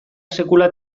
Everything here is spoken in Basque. sekula